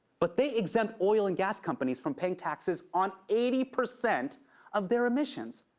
but they exempt oil and gas companies from paying taxes on eighty percent of their emissions.